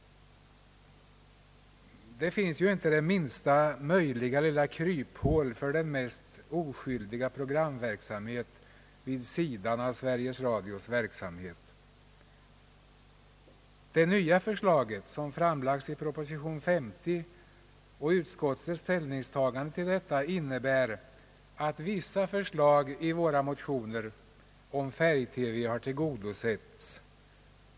Det finns ju nu inte det minsta möjliga lilla kryphål för den mest oskyldiga programverksamhet vid sidan om Sveriges Radios verksamhet. Det nya förslaget, som framlagts i proposition nr 50, och utskottets ställningstagande till detta innebär att vissa förslag i våra motioner om färg-TV tillgodosetts.